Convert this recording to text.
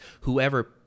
whoever